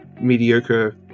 mediocre